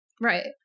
Right